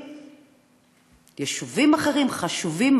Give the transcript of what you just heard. ויישובים אחרים חשובים.